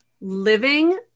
living